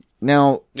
Now